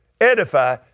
Edify